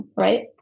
right